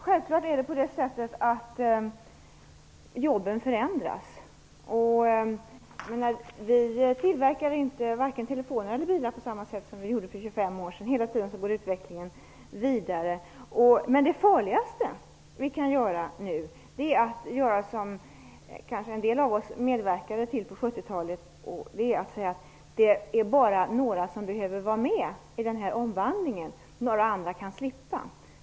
Herr talman! Jobben förändras, det är självklart. Vi tillverkar inte telefoner och bilar på samma sätt som vi gjorde för 25 år sedan. Utvecklingen går hela tiden vidare. Det farligaste vi kan göra nu är att säga att det bara är några som behöver vara med i denna omvandling och att andra kan slippa.